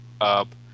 up